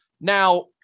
Now